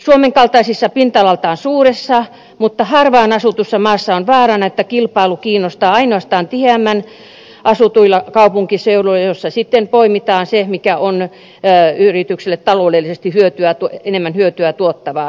suomen kaltaisessa pinta alaltaan suuressa mutta harvaan asutussa maassa on vaarana että kilpailu kiinnostaa ainoastaan tiheämpään asutuilla kaupunkiseuduilla joissa sitten poimitaan se mikä on yrityksille taloudellisesti enemmän hyötyä tuottavaa